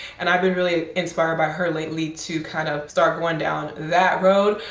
and i've been really inspired by her lately to kind of start going down that road.